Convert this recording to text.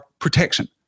protection